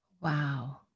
Wow